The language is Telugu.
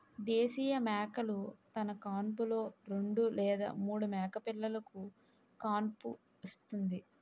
దేశీయ మేకలు తన కాన్పులో రెండు లేదా మూడు మేకపిల్లలుకు కాన్పుస్తుంది